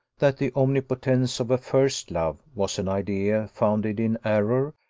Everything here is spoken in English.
that the omnipotence of a first love was an idea founded in error,